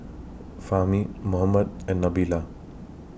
Fahmi Muhammad and Nabila